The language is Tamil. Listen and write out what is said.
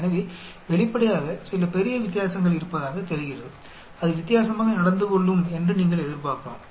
எனவே வெளிப்படையாக சில பெரிய வித்தியாசங்கள் இருப்பதாகத் தெரிகிறது அது வித்தியாசமாக நடந்து கொள்ளும் என்று நீங்கள் எதிர்பார்க்கலாம்